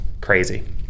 crazy